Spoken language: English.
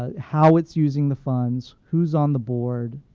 ah how it's using the funds, who's on the board,